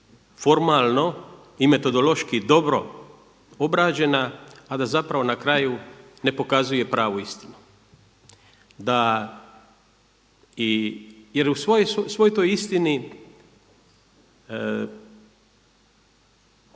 formalno i metodološki dobro obrađena a da zapravo na kraju ne pokazuje pravu istinu. Da i, jer u svoj toj istini i